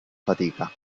fatica